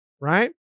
right